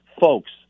folks